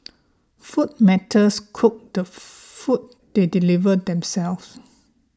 food matters cook the food they deliver themselves